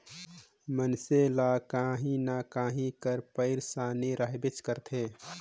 मइनसे ल काहीं न काहीं कर पइरसानी रहबेच करथे